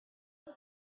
hier